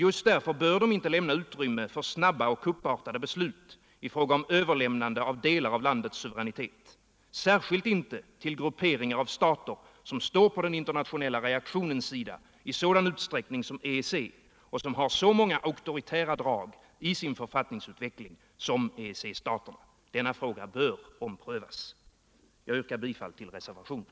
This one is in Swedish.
Just därför bör de inte lämna utrymme för snabba och kuppartade beslut i fråga om överlämnande av delar av landets suveränitet, särskilt inte till grupperingar av stater som står på den internationella reaktionens sida i sådan utsträckning som är fallet inom EG och som har så många auktoritära drag i sin författningsutveckling som EG-staterna. Denna fråga bör omprövas. Jag yrkar bifall till reservationen.